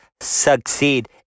succeed